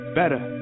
better